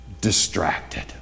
distracted